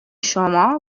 شما